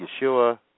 Yeshua